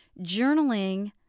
journaling